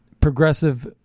progressive